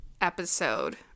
episode